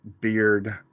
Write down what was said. beard